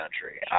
country